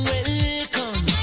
Welcome